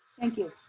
thank you.